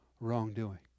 wrongdoing